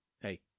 hey